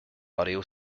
audio